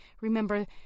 remember